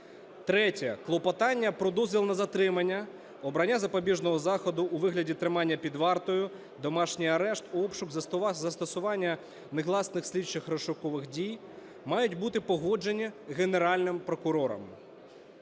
Третє. Клопотання про дозвіл на затримання, обрання запобіжного заходу у вигляді тримання під вартою, домашній арешт, обшук, застосування негласних слідчих (розшукових) дій мають бути погоджені Генеральним прокурором.